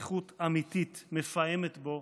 שליחות אמיתית מפעמת בו